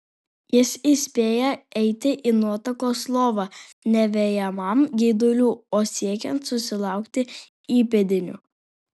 jis įspėja eiti į nuotakos lovą ne vejamam geidulių o siekiant susilaukti įpėdinių